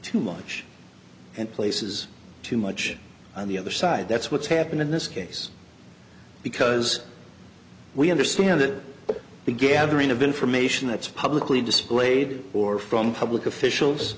too much and places too much on the other side that's what's happened in this case because we understand that the gathering of information that's publicly displayed or from public officials